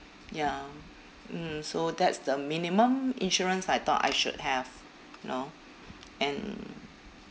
ya mm so that's the minimum insurance I thought I should have you know and